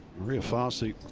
maria fassi,